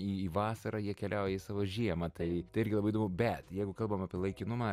į vasarą jie keliauja į savo žiemą tai irgi labai įdomu bet jeigu kalbam apie laikinumą